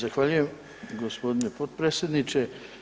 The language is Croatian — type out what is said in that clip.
Zahvaljujem g. potpredsjedniče.